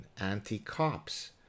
anti-cops